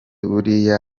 buriya